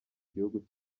gihugu